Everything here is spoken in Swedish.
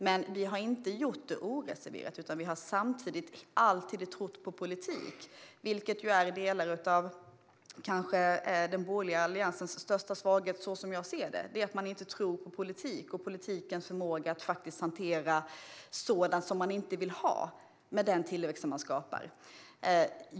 Men vi har inte gjort det oreserverat utan har samtidigt alltid trott på politik, vilket kanske är den största svagheten i delar av den borgerliga alliansen, så som jag ser det. Man tror inte på politik och på politikens förmåga att hantera sådant som man inte vill ha med den tillväxt som man skapar.